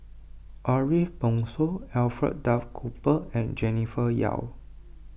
Ariff Bongso Alfred Duff Cooper and Jennifer Yeo